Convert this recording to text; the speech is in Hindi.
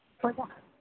पूजा